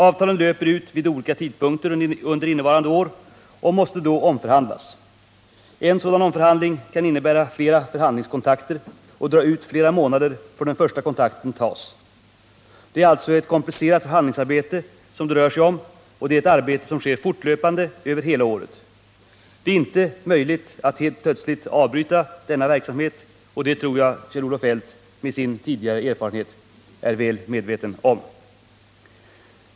Avtalen löper ut vid olika tidpunkter under innevarande år och måste då omförhandlas. En sådan omförhandling kan innebära flera förhandlingskontakter och dra ut flera månader efter det att den första kontakten tas. Det är alltså ett komplicerat förhandlingsarbete som det rör sig om, och det är ett arbete som sker fortlöpande över hela året. Det är inte möjligt att helt plötsligt avbryta denna verksamhet, och det tror jag Kjell-Olof Feldt med sina tidigare erfarenheter är väl medveten om.